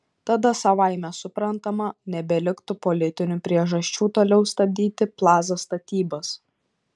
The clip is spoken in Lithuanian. tada savaime suprantama nebeliktų politinių priežasčių toliau stabdyti plaza statybas